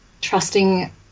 trusting